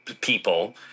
people